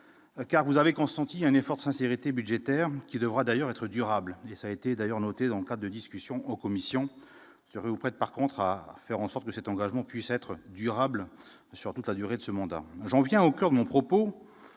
car vous avez consenti un effort de sincérité budgétaire qui devra d'ailleurs être durable, et ça a été d'ailleurs noté dans le cas de discussion en commission sur auprès, par contrat, faire en sorte que cet engagement puisse être durable sur toute la durée de ce mandat, j'en viens au coeur de mon propos